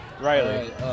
Riley